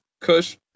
Kush